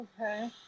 Okay